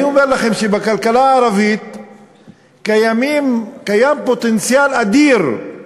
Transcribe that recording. אני אומר לכם שבכלכלה הערבית קיים פוטנציאל אדיר של